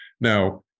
Now